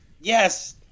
Yes